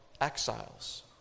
exiles